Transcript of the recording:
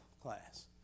class